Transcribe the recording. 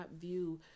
view